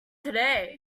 today